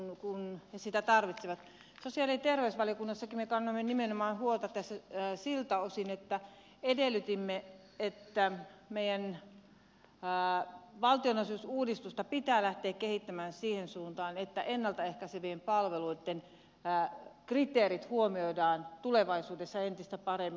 sosiaali ja terveysvaliokunnassakin me kannamme huolta nimenomaan siltä osin että edellytimme että meidän valtionosuusuudistusta pitää lähteä kehittämään siihen suuntaan että ennalta ehkäisevien palveluitten kriteerit huomioidaan tulevaisuudessa entistä paremmin